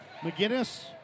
McGinnis